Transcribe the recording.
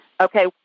Okay